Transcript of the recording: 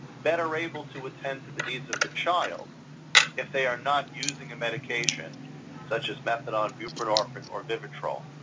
better able to attend to the needs of the child if they are not using a medication such as methadone, buprenorphine, or vivitrol.